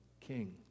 king